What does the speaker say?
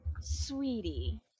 Sweetie